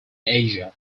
asia